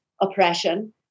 oppression